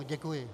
Děkuji.